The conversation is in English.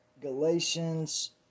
Galatians